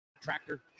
tractor